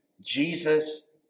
Jesus